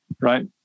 right